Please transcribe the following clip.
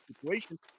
situation